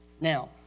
Now